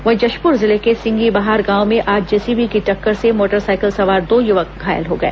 वहीं जशपुर जिले के सिंगीबहार गांव में आज जेसीबी की टक्कर से मोटरसाइकिल सवार दो युवक घायल हो गए